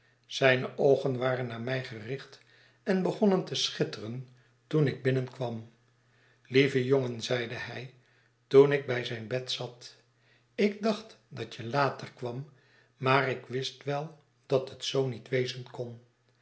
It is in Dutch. zijne oogen waren naar mij gericht en begonnen te schitteren toen ik binnenkwam lieve jongen zeide hij toen ik bij zijn bed zat ik dacht dat je later kwam maar ik wist wel dat het zoo niet wezen kon